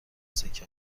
سکه